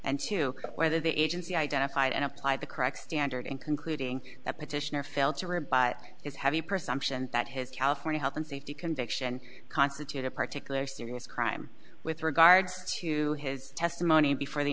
and to whether the agency identified and applied the correct standard in concluding that petitioner failed to rebut is heavy presumption that his california health and safety conviction constitute a particularly serious crime with regard to his testimony before the